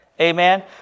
Amen